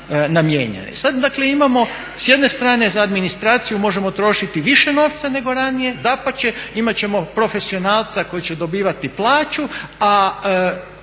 s jedne strane za administraciju možemo trošiti više novca nego ranije, dapače imat ćemo profesionalca koji će dobivati plaću, a